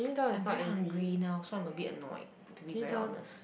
I'm very hungry now so I'm a bit annoyed to be very honest